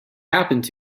happened